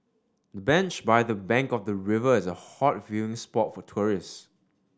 the bench by the bank of the river is a hot viewing spot for tourists